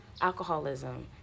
alcoholism